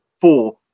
four